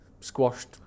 squashed